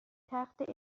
تخت